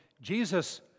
Jesus